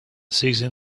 seizing